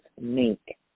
make